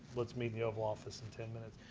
let's meet in the oval office in ten minutes.